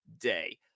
Day